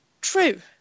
true